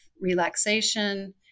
relaxation